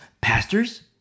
pastors